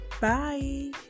Bye